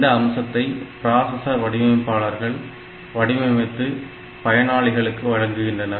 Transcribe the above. இந்த அம்சத்தை பிராசஸர் வடிவமைப்பாளர்கள் வடிவமைத்து பயனாளிகளுக்கு வழங்குகின்றனர்